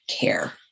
care